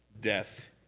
death